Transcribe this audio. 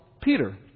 Peter